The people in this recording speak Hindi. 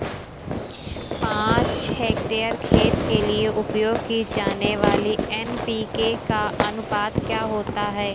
पाँच हेक्टेयर खेत के लिए उपयोग की जाने वाली एन.पी.के का अनुपात क्या होता है?